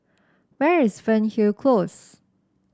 where is Fernhill Close